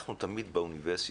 אנחנו תמיד באוניברסיטה,